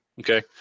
Okay